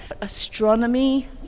astronomy